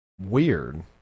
Weird